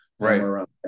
right